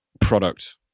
product